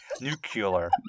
Nuclear